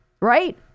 right